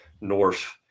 North